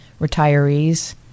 retirees